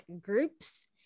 groups